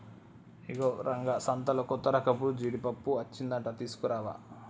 ఇగో రంగా సంతలో కొత్తరకపు జీడిపప్పు అచ్చిందంట తీసుకురావా